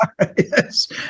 Yes